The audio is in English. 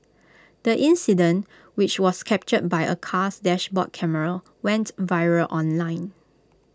the incident which was captured by A car's dashboard camera went viral online